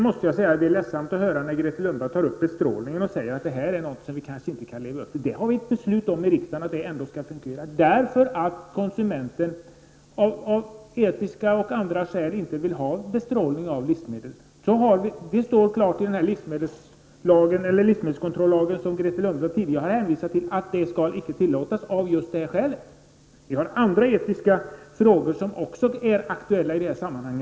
Det var ledsamt att höra Grethe Lundblad säga att vi kanske inte lever upp till vad som krävs när det gäller bestrålning. Riksdagen har ändå beslutat om detta, eftersom konsumenten av etiska och andra skäl inte vill ha bestrålning av livsmedel. Det står klart i livsmedelskontrollagen, som Grethe Lundblad tidigare har hänvisat till, att bestrålning inte är tillåten av just dessa skäl. Det finns också andra etiska frågor som är aktuella i detta sammanhang.